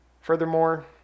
Furthermore